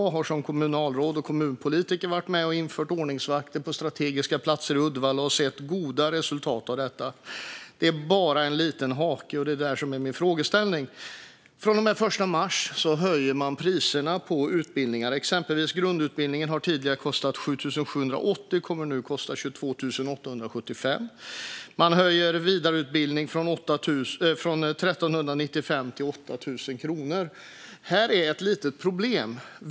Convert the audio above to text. Jag har som kommunalråd och kommunpolitiker varit med och fattat beslut om att ha ordningsvakter på strategiska platser i Uddevalla, och jag har sett goda resultat av detta. Det finns bara en liten hake, och det är detta min fråga gäller. Från och med den 1 mars höjs priserna på utbildningar. Exempelvis grundutbildningen har tidigare kostat 7 780 men kommer nu att kosta 22 875. Man höjer priset för vidareutbildningen från 1 395 till 8 000 kronor. Här finns ett litet problem.